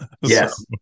Yes